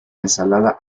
ensalada